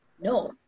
no